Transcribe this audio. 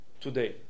today